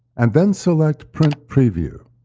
and then select print preview.